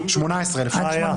18 אלף שקלים.